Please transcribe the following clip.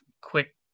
quick